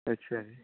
ਅੱਛਾ ਜੀ